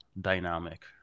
dynamic